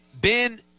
Ben